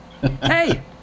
Hey